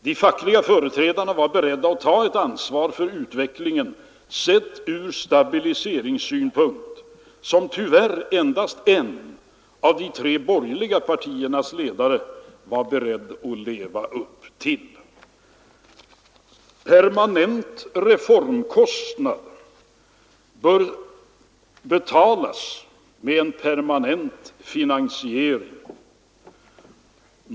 De fackliga företrädarna var beredda att ta det ansvar för en stabilisering som tyvärr endast en av de tre borgerliga partiernas ledare var beredd att leva upp till. Permanent reformkostnad bör betalas med en permanent finansiering.